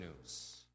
news